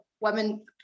women